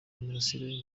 imirasire